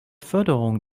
förderung